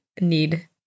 need